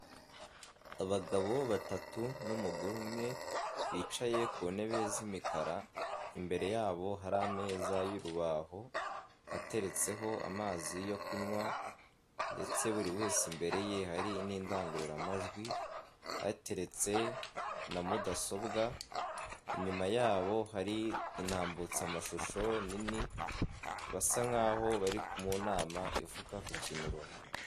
Abagabo batatu n'umugore umwe bicaye ku ntebe z'imikara, imbere yabo hari ameza y'urubaho ateretseho amazi yo kunywa ndetse buri wese imbere ye hari n'indangururamajwi, hateretse na mudasobwa, inyuma yabo hari intambutsamashusho nini basa nkaho bari mu nama ivuga ku kintu runaka.